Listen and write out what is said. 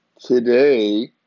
today